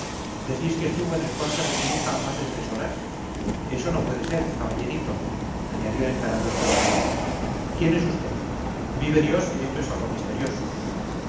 decís que estuvo en el cuarto de mi hija más de tres horas eso no puede ser caballerito añadió encarándose conmigo quién es vd vive dios que esto es algo